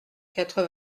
quatre